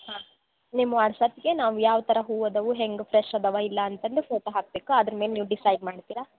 ಹಾಂ ನಿಮ್ಮ ವಾಟ್ಸಪ್ಪಿಗೆ ನಾವು ಯಾವ ಥರ ಹೂ ಅದಾವೆ ಹೆಂಗೆ ಫ್ರೆಶ್ ಅದಾವೆ ಇಲ್ಲ ಅಂತಂದು ಫೋಟೊ ಹಾಕ್ಬೇಕು ಅದ್ರ ಮೇಲೆ ನೀವು ಡಿಸೈಡ್ ಮಾಡ್ತಿರ